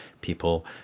people